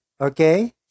okay